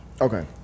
okay